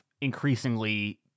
increasingly